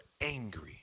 angry